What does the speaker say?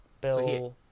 Bill